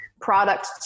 product